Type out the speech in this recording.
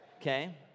Okay